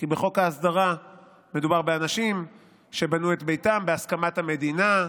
כי בחוק ההסדרה מדובר באנשים שבנו את ביתם בהסכמת המדינה,